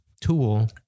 tool